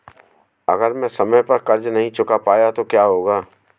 अगर मैं समय पर कर्ज़ नहीं चुका पाया तो क्या होगा?